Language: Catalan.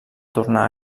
tornar